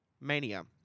Mania